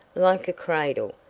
like a cradle,